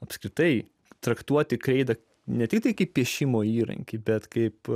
apskritai traktuoti kreida net iki piešimo įrankį bet kaip